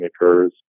occurs